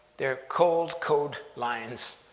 they're cold code lines,